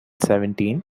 seventeen